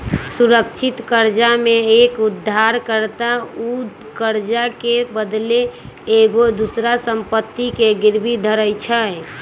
सुरक्षित करजा में एक उद्धार कर्ता उ करजा के बदलैन एगो दोसर संपत्ति के गिरवी धरइ छइ